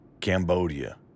Cambodia